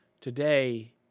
today